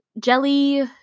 Jelly